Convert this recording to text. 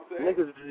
Niggas